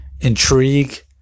intrigue